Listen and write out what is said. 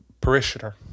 parishioner